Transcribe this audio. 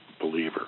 believer